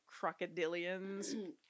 crocodilians